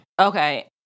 Okay